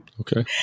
Okay